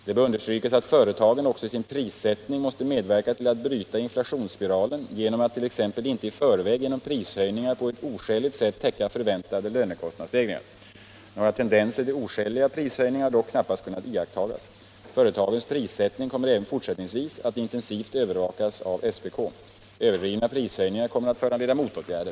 Det bör understrykas att företagen också i sin prissättning måste medverka till att bryta inflationsspiralen genom att t.ex. inte i förväg genom prishöjningar på ett oskäligt sätt täcka förväntade lönekostnadsstegringar. Några tendenser till oskäliga prishöjningar har dock knappast kunnat iakttagas. Företagens prissättning kommer även fortsättningsvis att intensivt övervakas av SPK. Överdrivna prishöjningar kommer att föranleda motåtgärder.